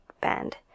band